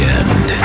end